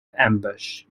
ambush